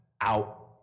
out